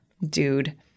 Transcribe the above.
dude